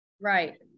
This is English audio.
right